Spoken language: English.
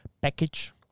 package